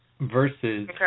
versus